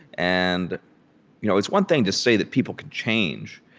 and you know it's one thing to say that people could change,